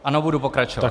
Ano, budu pokračovat.